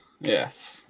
yes